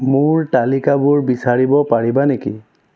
মোৰ তালিকাবোৰ বিচাৰিব পাৰিবা নেকি